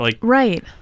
Right